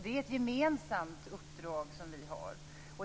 Det är ett gemensamt uppdrag som vi har.